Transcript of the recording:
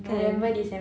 kan